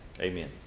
amen